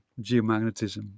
geomagnetism